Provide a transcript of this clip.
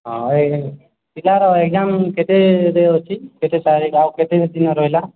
ହଁ ଏଇ ପିଲାର ଏକ୍ଜାମ୍ କେତେରେ ଅଛି କେତେ ତାରିଖ ଆଉ କେତେ ଦିନ ରହିଲା